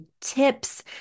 tips